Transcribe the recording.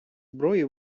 зброї